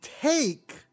take